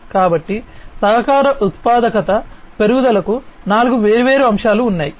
కాబట్టి సహకార ఉత్పాదకత పెరుగుదలకు నాలుగు వేర్వేరు అంశాలు ఉన్నాయి